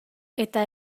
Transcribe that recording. eta